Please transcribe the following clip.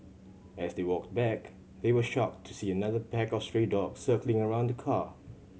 as they walked back they were shocked to see another pack of stray dog circling around the car